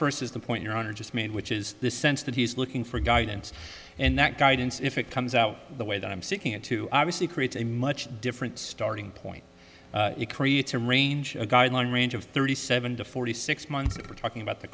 first is the point your honor just made which is the sense that he's looking for guidance and that guidance if it comes out the way that i'm seeking it to obviously create a much different starting point it creates a range a guideline range of thirty seven to forty six months that we're talking about the